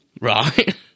right